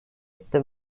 etti